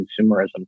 consumerism